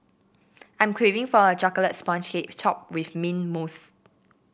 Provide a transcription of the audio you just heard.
I'm craving for a chocolate sponge cake topped with mint mousse